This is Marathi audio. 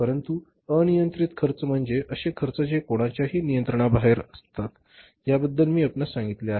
परंतु अनियंत्रित खर्च म्हणजे असे खर्च के जे कुणाच्याही नियंत्रणाबाहेर असतात याबद्दल मी आपणास सांगितले हि होते